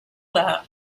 that